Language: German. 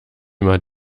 immer